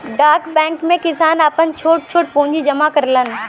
डाक बैंक में किसान आपन छोट छोट पूंजी जमा करलन